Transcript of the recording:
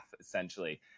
essentially